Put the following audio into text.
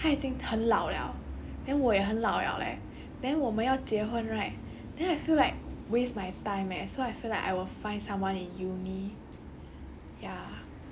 when 我等他 graduate right 他已经很老 liao then 我也很老 liao leh then 我们要结婚 right then I feel like waste my time eh so I feel like I will find someone in uni